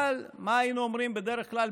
אבל מה היינו אומרים בדרך כלל?